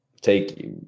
take